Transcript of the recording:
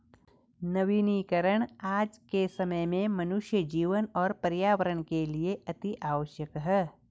वनीकरण आज के समय में मनुष्य जीवन और पर्यावरण के लिए अतिआवश्यक है